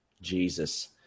Jesus